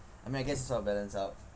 I mean I guess it sort of balance out